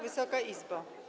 Wysoka Izbo!